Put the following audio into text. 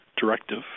directive